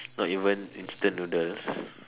not even instant noodles